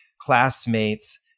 classmates